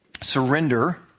surrender